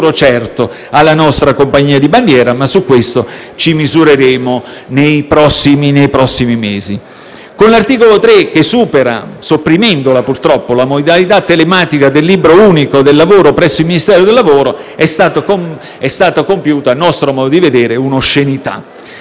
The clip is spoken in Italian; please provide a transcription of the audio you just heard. certo alla nostra compagnia di bandiera, ma su questo ci misureremo nei prossimi mesi. Con l'articolo 3, che supera - sopprimendola, purtroppo - la modalità telematica del Libro unico del lavoro presso il Ministero del lavoro è stata compiuta, a nostro modo di vedere, un'oscenità.